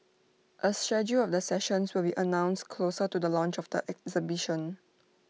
A schedule of the sessions will be announced closer to the launch of the exhibition